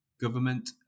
Government